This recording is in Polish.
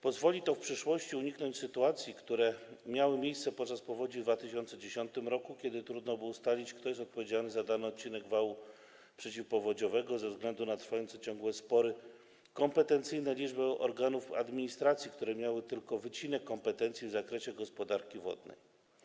Pozwoli to w przyszłości uniknąć sytuacji, jakie miały miejsce podczas powodzi w 2010 r., kiedy trudno było ustalić, kto jest odpowiedzialny za dany odcinek wału przeciwpowodziowego, ze względu na trwające ciągle spory kompetencyjne i liczbę organów administracji, które miały tylko wycinek kompetencji w zakresie gospodarki wodnej.